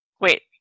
Wait